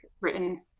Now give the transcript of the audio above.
written